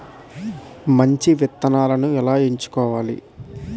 మంచి విత్తనాలను ఎలా ఎంచుకోవాలి?